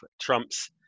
Trump's